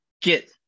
get